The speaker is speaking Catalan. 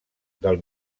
del